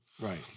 Right